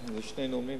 זה שני נאומים.